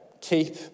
Keep